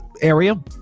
area